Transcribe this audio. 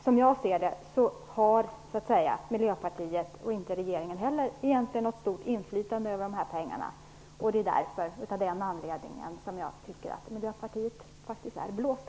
Som jag ser det har Miljöpartiet och inte heller regeringen något stort inflytande över dessa pengar. Det är av den anledningen som jag tycker att miljöpartisterna faktiskt är "blåsta".